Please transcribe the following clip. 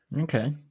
okay